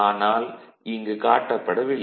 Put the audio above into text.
ஆனால் இங்கு காட்டப்படவில்லை